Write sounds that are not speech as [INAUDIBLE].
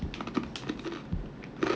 [NOISE]